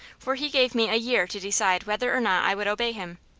for he gave me a year to decide whether or not i would obey him.